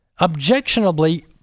objectionably